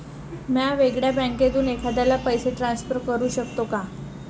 म्या वेगळ्या बँकेतून एखाद्याला पैसे ट्रान्सफर करू शकतो का?